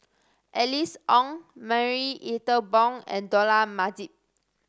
Alice Ong Marie Ethel Bong and Dollah Majid